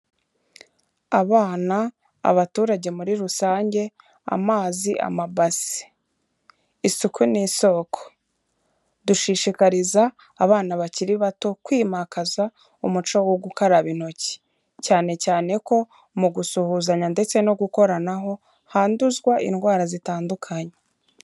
Abana, abaturage muri rusange, amazi, amabasi. Isuku ni isoko. Dushishikariza abana bakiri bato kwimakaza umuco wo gukaraba intoki, cyane cyane ko mu gusuhuzanya ndetse no gukoranaho handuzwa indwara zitandukanye.